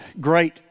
great